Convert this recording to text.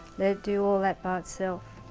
let it do all that by itself.